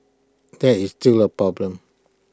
that is still A problem